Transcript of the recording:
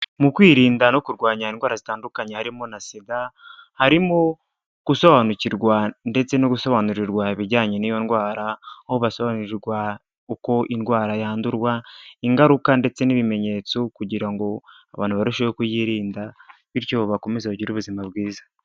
Mu kwirinda no kurwanya indwara zitandukanye harimo na sida, harimo gusobanukirwa ndetse no gusobanurirwa ibijyanye n'iyo ndwara, aho basobanurirwa uko indwara yandurwa ingaruka ndetse n'ibimenyetso kugira ngo abantu barusheho, kuyirinda bityo bakomeze bagire ubuzima bwiza.